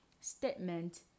statement